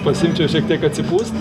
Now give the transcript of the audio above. pasiimčiau šiek tiek atsipūst